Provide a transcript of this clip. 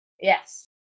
Yes